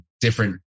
different